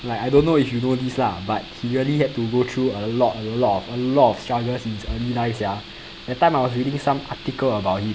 like I don't know if you know this lah but he really had to go through a lot a lot of a lot of struggles in his early life sia that time I was reading some article about him